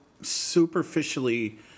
superficially